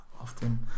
often